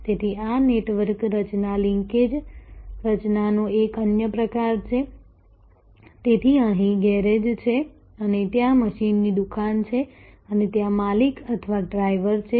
તેથી આ નેટવર્ક રચના લિંકેજ રચનાનો એક અન્ય પ્રકાર છે તેથી અહીં ગેરેજ છે અને ત્યાં મશીનની દુકાન છે અને ત્યાં માલિક અથવા ડ્રાઇવર છે